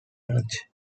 lunch